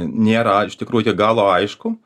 nėra a iš tikrųjų iki galo aišku